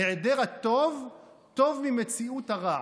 היעדר הטוב טוב ממציאות הרע.